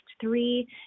three